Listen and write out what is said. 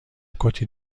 کتی